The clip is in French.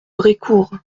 brécourt